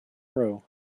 row